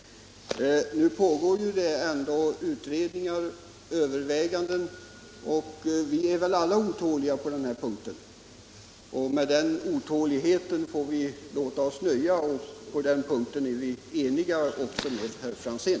Nu pågår det ändå utredning och överväganden, och vi är väl alla otåliga när det gäller själva sakfrågan. Med den otåligheten får vi låta oss nöja, och på den punkten är vi eniga också med herr Franzén.